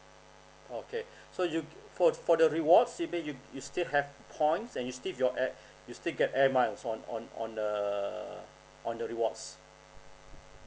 okay so you for for the rewards you mean you you still have points and you still your at you still get air miles on on on the on the rewards